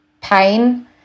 pain